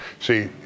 See